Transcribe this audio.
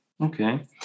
Okay